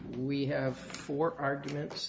we have four arguments